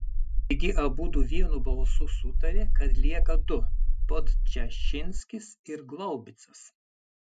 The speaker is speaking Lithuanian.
taigi abudu vienu balsu sutarė kad lieka du podčašinskis ir glaubicas